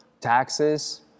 taxes